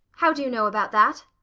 how do you know about that?